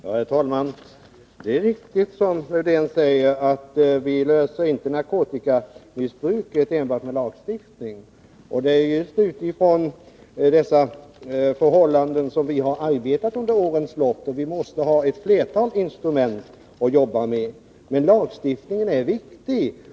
Herr talman! Det är riktigt som Lars-Erik Lövdén säger att vi inte stoppar narkotikamissbruket enbart med lagstiftning. Det är just utifrån dessa förhållanden som vi har arbetat under årens lopp. Vi måste ha ett flertal instrument att arbeta med, men lagstiftningen är viktig.